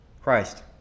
Christ